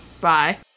Bye